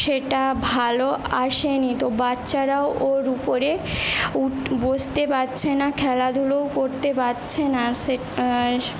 সেটা ভালো আসেনি তো বাচ্চারাও ওর উপরে উঠ বসতে পারছে না খেলাধুলোও করতে পারছে না সেট